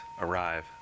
arrive